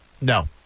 no